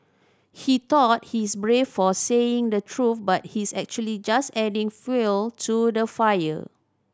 he thought he's brave for saying the truth but he's actually just adding fuel to the fire